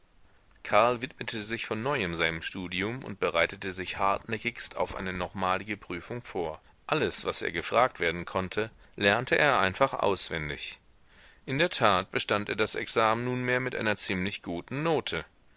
karl widmete sich von neuem seinem studium und bereitete sich hartnäckigst auf eine nochmalige prüfung vor alles was er gefragt werden konnte lernte er einfach auswendig in der tat bestand er das examen nunmehr mit einer ziemlich guten note